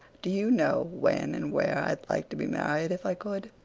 do you know when and where i'd like to be married, if i could?